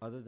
other